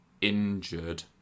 Injured